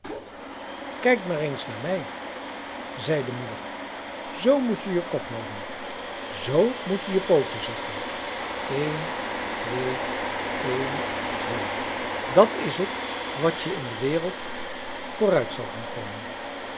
kijkt maar eens naar mij zei de moeder zoo moet je je kop houden zoo moet je je pooten zetten een twee een twee dat is het wat je in de wereld vooruit zal doen komen